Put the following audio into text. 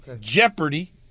Jeopardy